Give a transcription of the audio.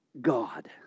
God